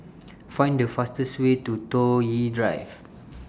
Find The fastest Way to Toh Yi Drive